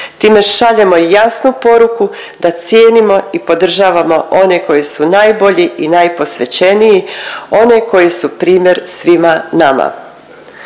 Time šaljemo jasnu poruku da cijenimo i podržavamo one koji su najbolji i najposvećeniji one koji su primjer svima nama.